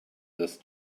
this